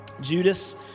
Judas